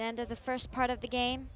end of the first part of the game